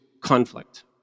conflict